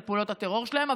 על פעולות הטרור שלכם,